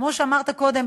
כמו שאמרת קודם,